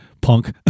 punk